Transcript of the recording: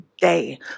day